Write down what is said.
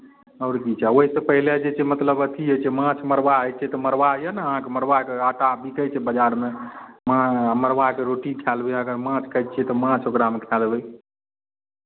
आओर की छै ओहिसँ पहिले जे छै मतलब अथी होइ छै माँछ मड़ुआ होइ छै तऽ मड़ुआ यए ने अहाँके मड़ुआके आटा बिकै छै बजारमे मड़ुआके रोटी खाए लेबै अगर माँछ खाइ छियै तऽ माँछ ओकरामे खाए लेबै